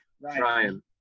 Ryan